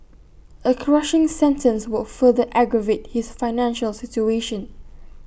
A crushing sentence would further aggravate his financial situation